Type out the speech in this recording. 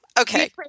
okay